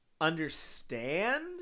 understand